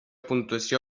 puntuació